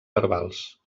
verbals